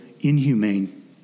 inhumane